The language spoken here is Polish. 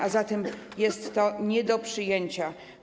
A zatem jest to nie do przyjęcia.